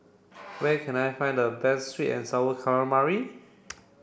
where can I find the best sweet and sour calamari